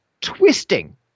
twisting